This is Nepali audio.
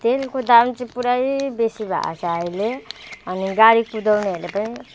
तेलको दाम चाहिँ पुरै बेसी भएको छ अहिले अनि गाडी कुदाउनेहरूले पनि